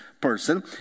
person